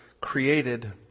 created